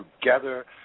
together